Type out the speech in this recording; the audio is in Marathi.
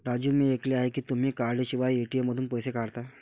राजू मी ऐकले आहे की तुम्ही कार्डशिवाय ए.टी.एम मधून पैसे काढता